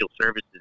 services